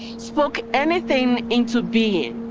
spoke anything into being.